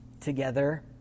together